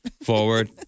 Forward